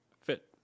fit